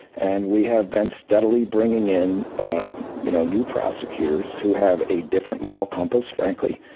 and we have been steadily bringing in ah you know new prosecutors who have a different moral compass, frankly,